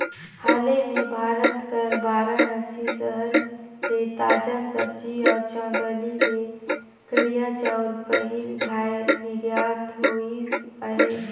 हाले में भारत कर बारानसी सहर ले ताजा सब्जी अउ चंदौली ले करिया चाँउर पहिल धाएर निरयात होइस अहे